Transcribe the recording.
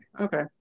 okay